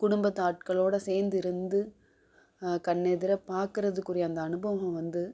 குடும்பத்து ஆட்களோடு சேர்ந்து இருந்து கண்ணு எதிரை பார்க்கறதுக்குரிய அந்த அனுபவம் வந்து